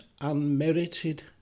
unmerited